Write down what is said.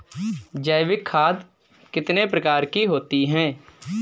जैविक खाद कितने प्रकार की होती हैं?